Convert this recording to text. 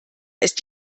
ist